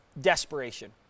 desperation